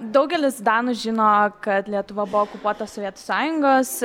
daugelis danų žino kad lietuva buvo okupuota sovietų sąjungos